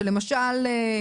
שלמשל,